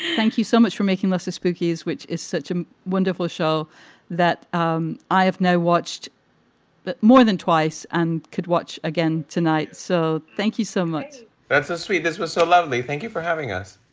thank you so much for making us the spookies, which is such a wonderful show that um i have no watched but more than twice and could watch again tonight. so thank you so much that's so ah sweet. this was so lovely. thank you for having us.